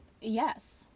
Yes